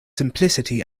simplicity